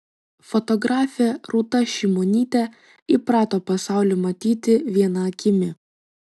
fotografė rūta šimonytė įprato pasaulį matyti viena akimi